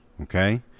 okay